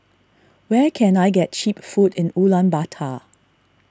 where can I get Cheap Food in Ulaanbaatar